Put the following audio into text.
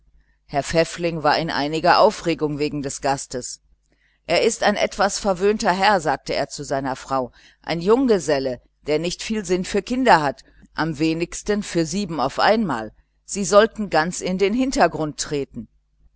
herr pfäffling war in einiger aufregung wegen des gastes er ist ein etwas verwöhnter herr sagte er zu seiner frau ein junggeselle der nicht viel sinn für kinder hat am wenigsten für sieben auf einmal sie sollten ganz in den hintergrund treten